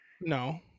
No